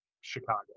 Chicago